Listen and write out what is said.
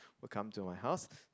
will come to my house